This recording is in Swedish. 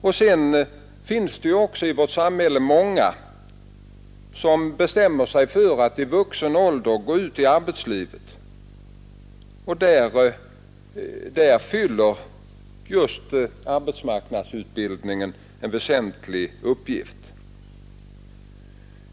Dessutom finns det ju också i vårt samhälle många som bestämmer sig för att i vuxen ålder gå ut i arbetslivet, och då fyller just arbetsmarknadsutbildningen en väsentlig uppgift.